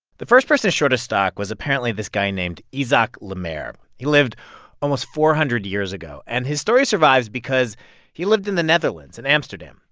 the first person to short a stock was apparently this guy named isaac le maire. he lived almost four hundred years ago, and his story survives because he lived in the netherlands in amsterdam.